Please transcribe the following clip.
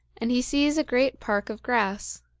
and he sees a great park of grass.